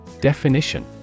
Definition